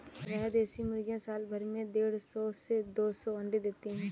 प्रायः देशी मुर्गियाँ साल भर में देढ़ सौ से दो सौ अण्डे देती है